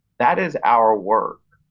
that is our work.